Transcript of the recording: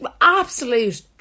absolute